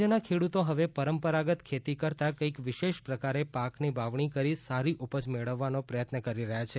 રાજ્યના ખેડ઼તો હવે પરંપરાગત ખેતી કરતા કંઇક વિશેષ પ્રકારે પાકની વાવણી કરી સારી ઉપજ મેળવવાનો પ્રયત્ન કરી રહ્યા છે